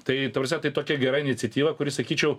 tai ta prasme tai tokia gera iniciatyva kuri sakyčiau